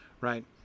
right